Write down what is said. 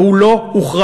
והוא לא הוכרע.